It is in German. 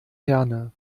herne